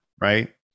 right